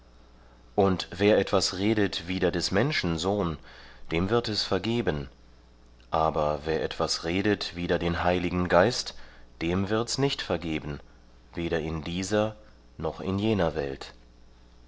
und wer etwas redet wider des menschen sohn dem wird es vergeben aber wer etwas redet wider den heiligen geist dem wird's nicht vergeben weder in dieser noch in jener welt